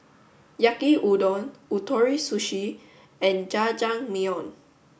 Yaki Udon Ootoro Sushi and Jajangmyeon